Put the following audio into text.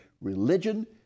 religion